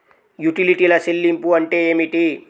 యుటిలిటీల చెల్లింపు అంటే ఏమిటి?